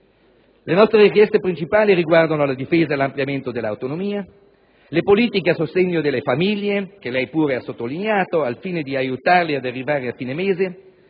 Le nostre richieste principali riguardano la difesa e l'ampliamento dell'autonomia, le politiche a sostegno delle famiglie (che anche lei ha sottolineato), al fine di aiutarle ad arrivare a fine mese,